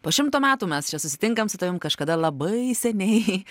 po šimto metų mes čia susitinkam su tavim kažkada labai seniai